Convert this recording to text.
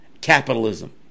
Capitalism